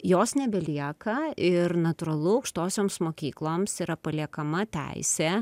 jos nebelieka ir natūralu aukštosioms mokykloms yra paliekama teisė